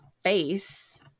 face